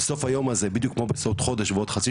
בסוף היום הזה בדיוק בעוד חודש בעוד חצי